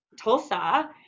Tulsa